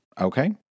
okay